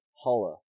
holla